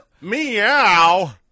Meow